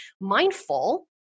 mindful